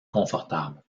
confortables